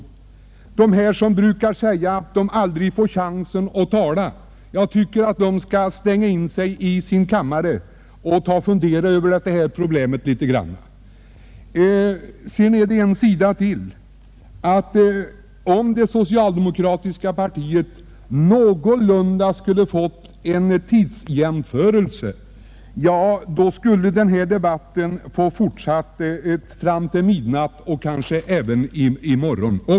Jag tycker att de som brukar säga att de aldrig fär chansen att tala, skall fundera litet över detta problem. Om det socialdemokratiska partiet någorlunda tillgodosetts vid en tidsjämförelse, skulle denna debatt ha fortsatt fram till midnatt och kanske även i morgon.